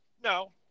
No